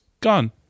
gone